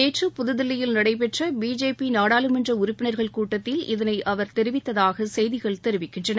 நேற்று புதுதில்லியில் நடைபெற்ற பிஜேபி நாடாளுமன்ற கூட்டத்தில் இதனை அவர் தெரிவித்ததாக செய்திகள் தெரிவிக்கின்றன